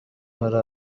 hari